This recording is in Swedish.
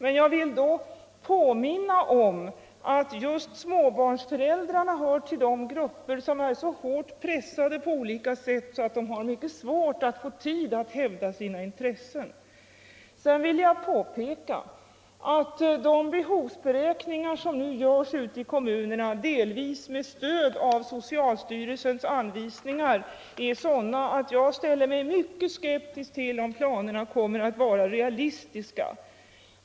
Men jag vill då påminna om att just småbarnsföräldrarna hör till de grupper som på olika sätt är så hårt pressade att de har svårt att hävda sina intressen. Sedan vill jag påpeka att de behovsberäkningar som nu görs i kommunerna, delvis med stöd av socialstyrelsens anvisningar, är sådana att jag ställer mig mycket skeptisk till om planerna kommer att vara realistiska.